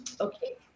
Okay